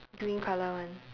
green colour [one]